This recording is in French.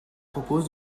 propose